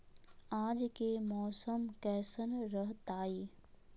आज के मौसम कैसन रहताई?